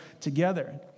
together